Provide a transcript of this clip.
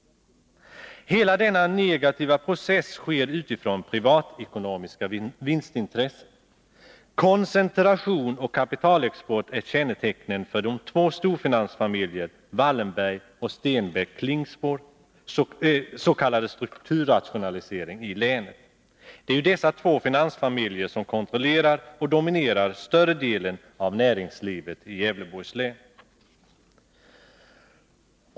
Hela denna negativa process sker utifrån privatekonomiska vinstintressen. Koncentration och kapitalexport är kännetecknen för den s.k. strukturrationalisering i länet som bedrivs av de två storfinansfamiljerna Wallenberg och Stenbeck-Klingspor. Dessa två finansfamiljer kontrollerar och dominerar större delen av näringslivet i Gävleborgs län.